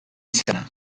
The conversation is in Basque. izana